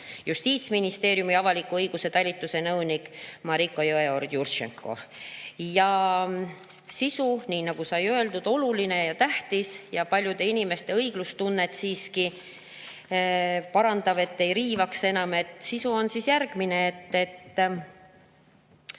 Justiitsministeeriumi avaliku õiguse talituse nõunik Mariko Jõeorg-Jurtšenko. [Eelnõu] sisu, nii nagu sai öeldud, oluline ja tähtis ja paljude inimeste õiglustunnet siiski parandav, et ei riivaks enam, on järgmine.